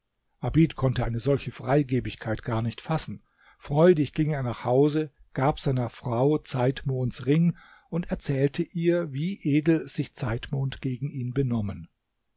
abid konnte eine solche freigebigkeit gar nicht fassen freudig ging er nach hause gab seiner frau zeitmonds ring und erzählte ihr wie edel sich zeitmond gegen ihn benommen